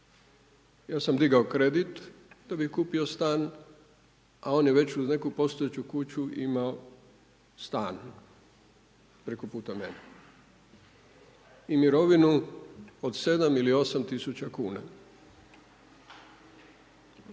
Ja sam digao kredit da bi kupio stan, a on je već uz neku postojeću kuću imao stan preko puta mene i mirovinu od 7 ili 8 tisuća kuna.